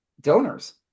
donors